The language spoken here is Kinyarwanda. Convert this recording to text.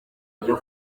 byo